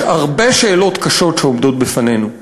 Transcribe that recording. יש הרבה שאלות קשות שעומדות בפנינו.